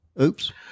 Oops